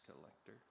collector